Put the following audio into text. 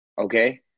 okay